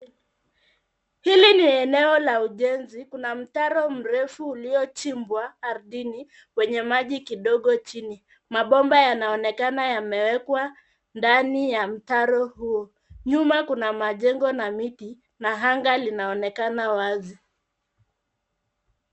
Hili ni eneo la ujenzi. Kuna mtaro mrefu uliochimbwa ardhini wenye maji kidogo chini. Mabomba yanaonekana yamewekwa ndani ya mtaro huo. Nyuma kuna majengo na miti na anga linaonekana wazi.